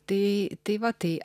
tai tai va tai